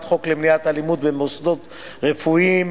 חוק למניעת אלימות במוסדות רפואיים,